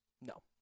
No